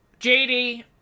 JD